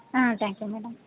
ah thank you madam